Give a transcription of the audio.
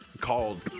called